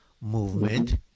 movement